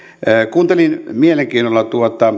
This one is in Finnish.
kuuntelin mielenkiinnolla